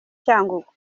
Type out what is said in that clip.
cyangugu